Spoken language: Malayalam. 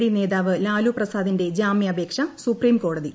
ഡി നേതാവ് ലാലു പ്രസാദിന്റെ ജാമ്യാപേക്ഷ സുപ്രീം കോടതി തള്ളി